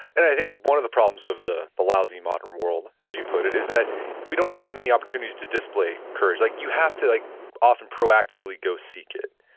and i think one of the problems of the the lousy modern world, as you put it, is that we don't have that many opportunities to display courage. like you have to like often proactively go seek it.